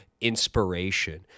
inspiration